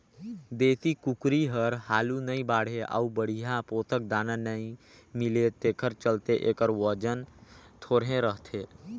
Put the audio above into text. देसी कुकरी हर हालु नइ बाढ़े अउ बड़िहा पोसक दाना नइ मिले तेखर चलते एखर ओजन थोरहें रहथे